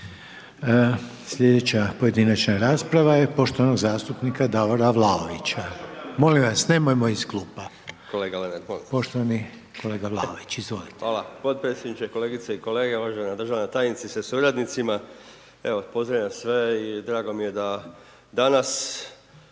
Slijedeća pojedinačna rasprava je poštovanog zastupnika Davora Vlaovića. Molim vas nemojmo iz klupe. Poštovani kolega Vlaović, izvolite. **Vlaović, Davor (HSS)** Hvala potpredsjedniče, kolegice i kolege, uvažena državna tajnice sa suradnicima. Evo, pozdravljam sve i drago mi je da danas